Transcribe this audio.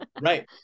Right